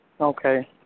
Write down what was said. Okay